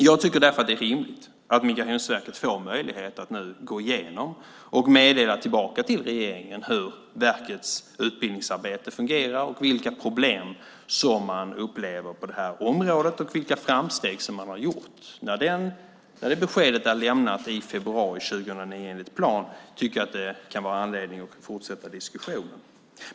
Jag tycker därför att det är rimligt att Migrationsverket får möjlighet att nu gå igenom och meddela tillbaka till regeringen hur verkets utbildningsarbete fungerar, vilka problem man upplever på det här området och vilka framsteg man har gjort. När det beskedet är lämnat i februari 2009 enligt plan tycker jag att det kan finnas anledning att fortsätta diskussionen.